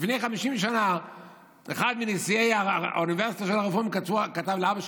לפני 50 שנים אחד מנשיאי האוניברסיטה של הרפורמים כתב לאבא שלי,